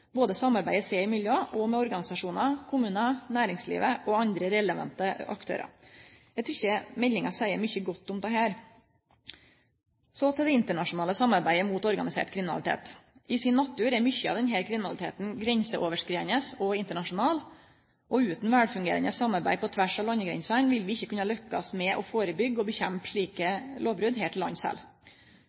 både samarbeider seg imellom og med organisasjonar, kommunar, næringslivet og andre relevante aktørar. Eg tykkjer meldinga seier mykje godt om dette. Så til det internasjonale samarbeidet mot organisert kriminalitet. I sin natur er mykje av denne kriminaliteten grenseoverskridande og internasjonal, og utan velfungerande samarbeid på tvers av landegrensene vil vi ikkje kunne lukkast med å førebyggje og kjempe mot slike lovbrot her til